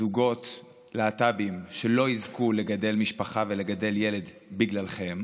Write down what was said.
זוגות להט"בים שלא יזכו לגדל משפחה ולגדל ילד בגללכם,